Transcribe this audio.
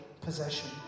possession